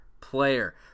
player